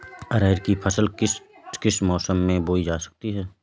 अरहर की फसल किस किस मौसम में बोई जा सकती है?